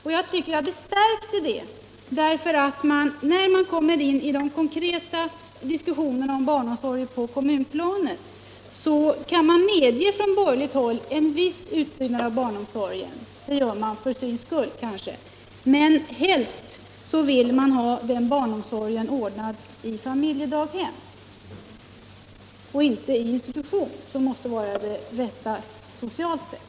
Detta mitt intryck förstärks genom att man från borgerligt håll i de konkreta diskussionerna om barnomsorg på kommunplanet kan medge en viss utbyggnad av barnomsorgen — det gör man för syns skull kanske — men helst vill ha barnomsorgen ordnad i familjedaghem och inte i institution, som måste vara det rätta socialt sett.